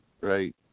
Right